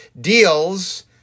deals